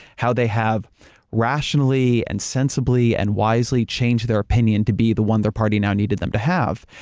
how they have rationally, and sensibly and wisely changed their opinion to be the one their party now needed them to have.